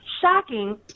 shocking